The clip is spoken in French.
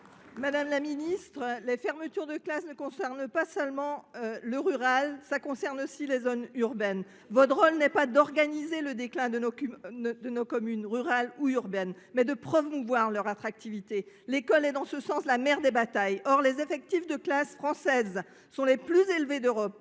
Madame la ministre, les fermetures de classes concernent, non seulement les territoires ruraux, mais aussi les zones urbaines. Votre rôle n’est pas d’organiser le déclin de nos communes rurales ou urbaines, il est de promouvoir leur attractivité. L’école est à ce titre la mère des batailles ; or les effectifs des classes françaises sont les plus élevés d’Europe,